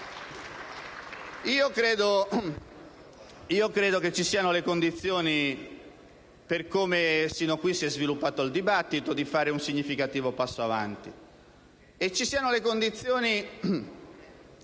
Credo che vi siano le condizioni - per come fin qui si è sviluppato il dibattito - per fare un significativo passo in avanti,